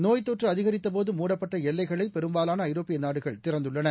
நோய்த்தொற்றுஅதிகரித்தபோது மூடப்பட்டஎல்லைகளைபெரும்பாலானஐரோப்பியநாடுகள் திறந்துள்ளன